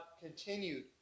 continued